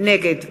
נגד